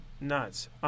nuts